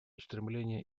устремления